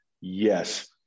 yes